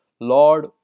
Lord